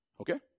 Okay